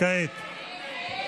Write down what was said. כעת.